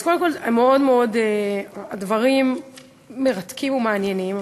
אז קודם כול הדברים מרתקים ומעניינים,